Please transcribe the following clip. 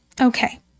Okay